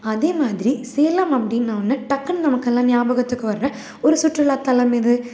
அதே மாதிரி சேலம் அப்டின்னவொடன்ன டக்குனு நமக்கெல்லாம் நியாபகத்துக்கு வர ஒரு சுற்றுலா தலம் எது